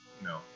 No